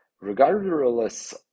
regardless